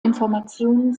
informationen